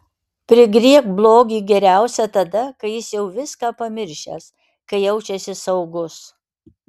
prigriebk blogį geriausia tada kai jis jau viską pamiršęs kai jaučiasi saugus